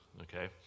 okay